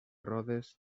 rodes